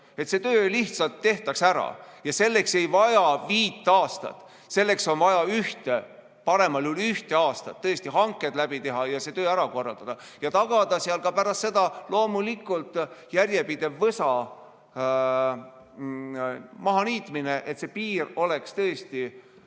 et see töö lihtsalt tehtaks ära? Selleks ei ole vaja viit aastat, selleks on vaja ühte, paremal juhul ühte aastat, et hanked teha ja see töö ära korraldada ja tagada seal ka pärast seda loomulikult järjepidev võsa mahaniitmine, et piir oleks tõesti